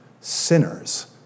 sinners